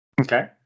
Okay